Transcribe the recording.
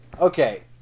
okay